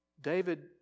David